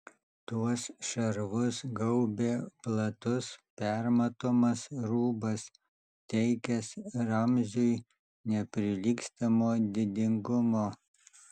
tuos šarvus gaubė platus permatomas rūbas teikęs ramziui neprilygstamo didingumo